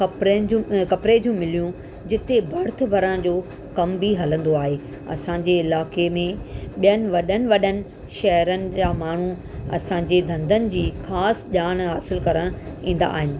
कपिड़नि जु कपिड़े जूं मिलियूं जिते भर्थु भराइण जो कमु बि हलंदो आहे असांजे इलाइक़े में ॿियनि वॾनि वॾनि शहरनि जा माण्हू असांजे धंधनि जी ख़ासि ॼाण हासिलु करणु ईंदा आहिनि